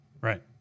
Right